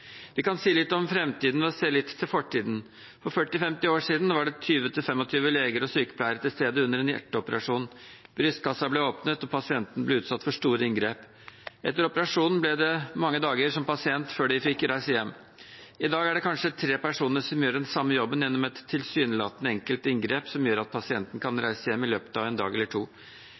Vi kan si litt om framtiden ved å se til fortiden. For 40–50 år siden var det 20–25 leger og sykepleiere til stede under en hjerteoperasjon. Brystkassen ble åpnet, og pasienten ble utsatt for store inngrep. Etter operasjonen ble det mange dager som pasient før man fikk reise hjem. I dag er det kanskje tre personer som gjør den samme jobben gjennom et tilsynelatende enkelt inngrep som gjør at pasienten kan reise hjem i løpet av en dag eller to.